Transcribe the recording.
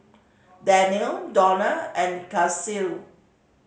Danniel Donat and Kasie